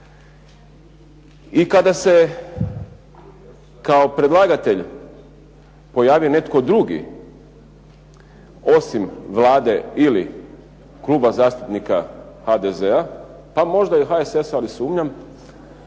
I kada se kao predlagatelja pojavi netko drugi osim Vlade ili Kluba zastupnika HDZ-a, pa možda i HSS-a, ali sumnjam,